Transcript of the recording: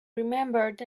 remembered